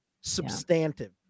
substantive